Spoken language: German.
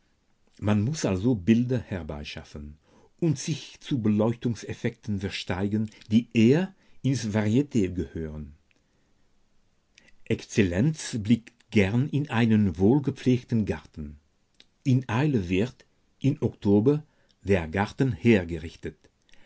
man muß also bilder herbeischaffen und sich zu beleuchtungseffekten versteigen die eher ins variet gehören exzellenz blickt gern auf einen wohlgepflegten garten in eile wird im oktober der garten hergerichtet